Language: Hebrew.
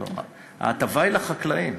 לא, ההטבה היא לחקלאים.